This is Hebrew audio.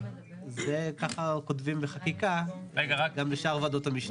ככה כותבים בחקיקה גם בשאר ועדות המשנה של המועצה הארצית.